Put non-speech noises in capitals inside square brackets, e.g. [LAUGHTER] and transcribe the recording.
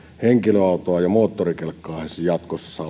henkilöautoa ja moottorikelkkaa he jatkossa [UNINTELLIGIBLE]